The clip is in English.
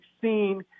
seen